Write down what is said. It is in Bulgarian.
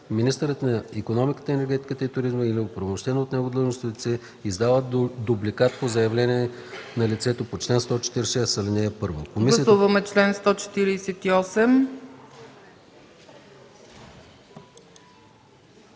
министърът на икономиката, енергетиката и туризма или оправомощено от него длъжностно лице издава дубликат по заявление на лицето по чл. 146, ал.